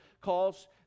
calls